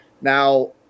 Now